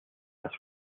las